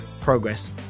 progress